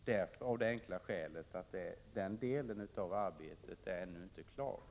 Detta av det enkla skälet att den delen av arbetet ännu inte är klart.